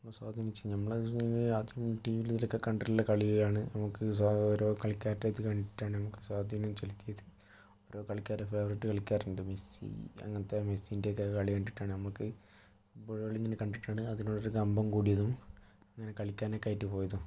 നമ്മളെ സ്വാധീനിച്ചിന് ഞമ്മള് രാത്രി ടി വിയിലും ഇതിലൊക്കെ കണ്ടിട്ടുള്ള കളിയാണ് നമുക്ക് ഓരോ കളിക്കാരുടെ ഇത് കണ്ടിട്ടാണ് നമുക്ക് സ്വാധീനം ചെലുത്തിയത് ഓരോ കളിക്കാരെ ഫേവറേറ്റ് കളിക്കാരുണ്ട് മെസ്സി അങ്ങനത്തെ മെസ്സീൻ്റെ ഒക്കെ കളി കണ്ടിട്ടാണ് നമുക്ക് ഫുട്ബോൾ കളി ഇങ്ങനെ കണ്ടിട്ടാണ് അതിനോട് ഒരു കമ്പം കൂടിയതും അങ്ങനെ കളിക്കാൻ ഒക്കെ ആയിട്ട് പോയതും